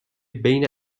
بین